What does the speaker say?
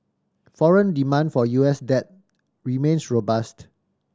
foreign demand for U S debt remains robust